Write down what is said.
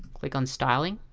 click on styling